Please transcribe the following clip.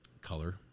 color